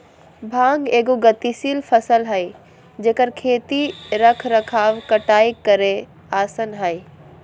भांग एगो गतिशील फसल हइ जेकर खेती रख रखाव कटाई करेय आसन हइ